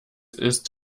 ist